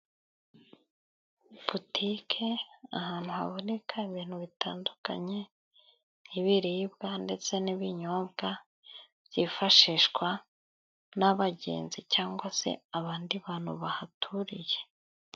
Butike ahantu haboneka ibintu bitandukanye nk'ibiribwa ndetse n'ibinyobwa byifashishwa n'abagenzi cyangwa se abandi bantu bahaturiye.